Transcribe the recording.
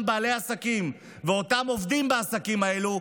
בעלי עסקים ואותם עובדים בעסקים האלו,